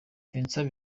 vincent